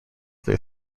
their